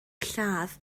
lladd